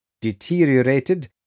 deteriorated